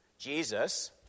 Jesus